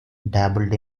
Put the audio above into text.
dabbled